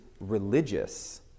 religious